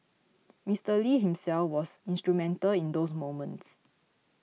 Mister Lee himself was instrumental in those moments